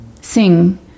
sing